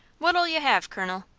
what'll you have, colonel?